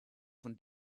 von